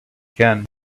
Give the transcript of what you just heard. can